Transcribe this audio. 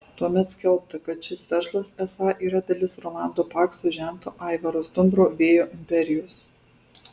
tuomet skelbta kad šis verslas esą yra dalis rolando pakso žento aivaro stumbro vėjo imperijos